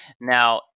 now